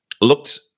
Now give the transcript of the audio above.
looked